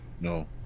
No